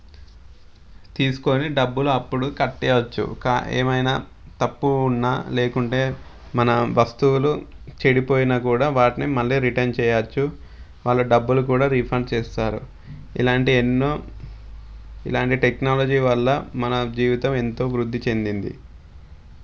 తీసుకొని డబ్బులు అప్పుడు కట్టేయొచ్చు ఏమైనా తప్పు ఉన్న లేకుంటే మన వస్తువులు చెడిపోయిన కూడా వాటిని మళ్లీ రిటర్న్ చేయొచ్చు వాళ్ళు డబ్బులు కూడా రిఫండ్ చేస్తారు ఇలాంటి ఎన్నో ఇలాంటి టెక్నాలజీ వల్ల మన జీవితం ఎంతో వృద్ధి చెందింది